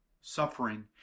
suffering